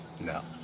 No